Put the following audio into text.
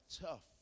tough